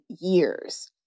years